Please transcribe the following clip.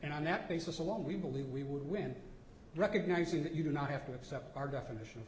on that basis alone we believe we would win recognizing that you do not have to accept our definition